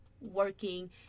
Working